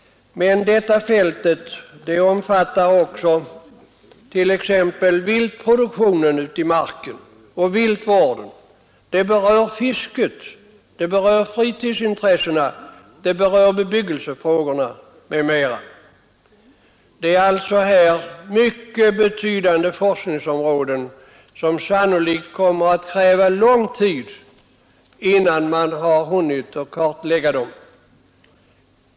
Men detta fält omfattar också viltproduktion och viltvård, fiske, fritidsintressen och bebyggelsefrågor m.m. Detta är mycket betydande forskningsområden, som det sannolikt kommer att krävas lång tid att kartlägga.